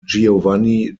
giovanni